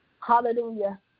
Hallelujah